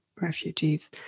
refugees